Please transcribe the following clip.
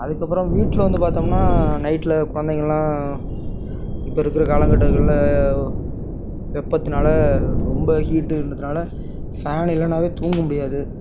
அதுக்கப்புறம் வீட்டில் வந்து பார்த்தோம்னா நைட்டில் குழந்தைங்கள்லாம் இப்போ இருக்கிற காலகட்டங்களில் வெப்பத்தினால ரொம்ப ஹீட்டுன்றதுனால் ஃபேன் இல்லனாலே தூங்க முடியாது